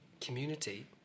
community